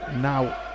Now